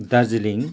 Darjeeling